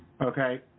okay